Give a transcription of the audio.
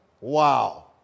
Wow